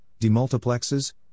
demultiplexes